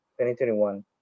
2021